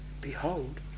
Behold